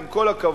עם כל הכבוד,